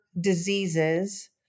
diseases